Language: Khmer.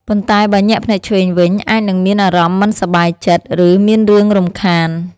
ប៉ុន្តែបើ ញាក់ភ្នែកឆ្វេងវិញ អាចនឹងមានអារម្មណ៍មិនសប្បាយចិត្ត ឬមានរឿងរំខាន។